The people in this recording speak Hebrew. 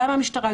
גם מהמשטרה,